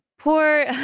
Poor